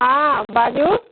हाँ बाजू